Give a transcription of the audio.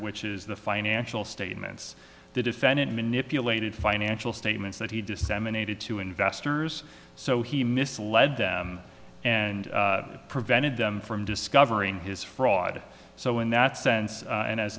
which is the financial statements the defendant manipulated financial statements that he disseminated to investors so he misled and prevented them from discovering his fraud so in that sense a